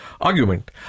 argument